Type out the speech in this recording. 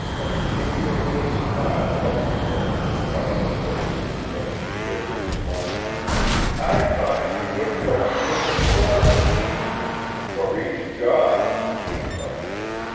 a peculiar little smile hovered for a moment about her lips, but she merely remarked i thought you wouldn't only take a quarter for each job, he interrupted her.